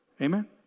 Amen